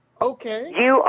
Okay